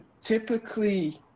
typically